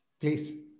Please